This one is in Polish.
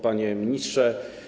Panie Ministrze!